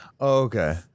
okay